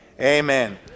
Amen